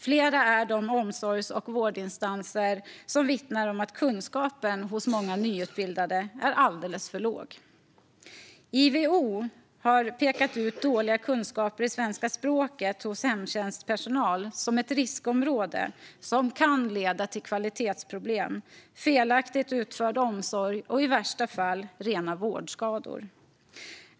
Flera är de omsorgs och vårdinstanser som vittnar om att kunskapen hos många nyutbildade är alldeles för låg. IVO har pekat ut dåliga kunskaper i svenska språket hos hemtjänstpersonal som ett riskområde som kan leda till kvalitetsproblem, felaktigt utförd omsorg och i värsta fall rena vårdskador.